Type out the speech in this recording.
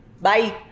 Bye